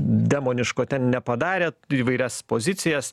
demoniško ten nepadarė įvairias pozicijas